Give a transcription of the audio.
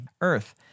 earth